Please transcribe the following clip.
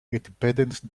independence